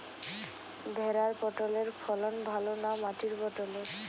ভেরার পটলের ফলন ভালো না মাটির পটলের?